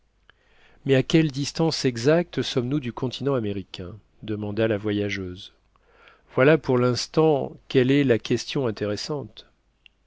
mais à quelle distance exacte sommes-nous du continent américain demanda la voyageuse voilà pour l'instant quelle est la question intéressante